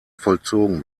vollzogen